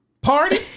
party